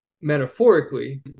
metaphorically